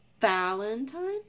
Valentine